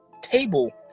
table